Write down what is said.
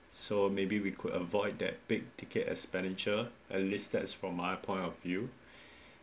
so maybe we could avoid that big ticket expenditure and listed from my point of view